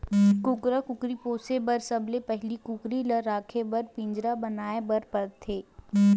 कुकरा कुकरी पोसे बर सबले पहिली कुकरी ल राखे बर पिंजरा बनाए बर परथे